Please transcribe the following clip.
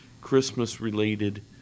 Christmas-related